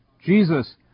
Jesus